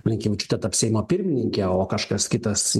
blinkevičiūtė taps seimo pirmininke o kažkas kitas